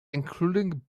including